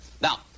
Now